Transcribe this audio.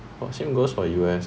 the same goes for U_S